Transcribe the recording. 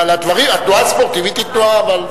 אבל התנועה הספורטיבית היא תנועה,